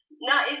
No